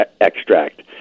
extract